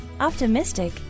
optimistic